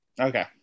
Okay